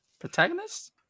protagonist